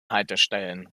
haltestellen